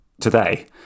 today